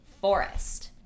Forest